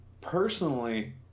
Personally